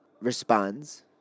responds